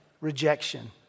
rejection